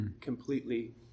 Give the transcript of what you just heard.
completely